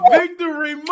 Victory